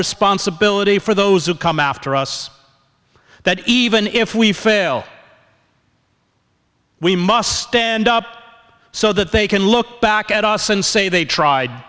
responsibility for those who come after us that even if we fail we must stand up so that they can look back at us and say they tried